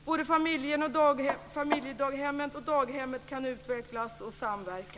Både familjedaghemmen och daghemmen kan utvecklas och samverka.